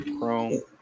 Chrome